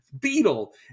Beetle